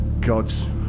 Gods